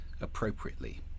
appropriately